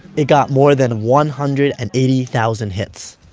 it got more than one hundred and eighty thousand hits